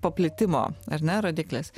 paplitimo ar ne rodiklis